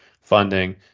funding